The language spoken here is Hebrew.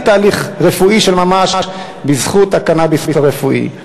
תהליך רפואי של ממש בזכות הקנאביס הרפואי.